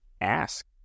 ask